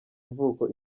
ivuko